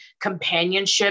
companionship